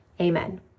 Amen